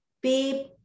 beep